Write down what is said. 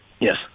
Yes